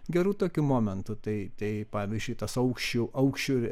gerų tokių momentų tai pavyzdžiui tas aukščių aukščio